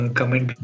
comment